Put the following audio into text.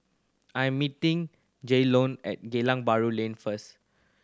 I am meeting Jaylon at Geylang Bahru Lane first